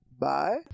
Bye